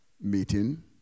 meeting